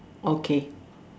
okay